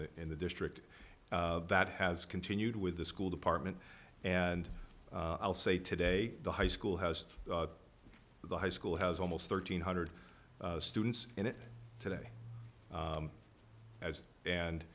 the in the district that has continued with the school department and i'll say today the high school has the high school has almost thirteen hundred students in it today as and